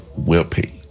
webpage